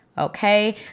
Okay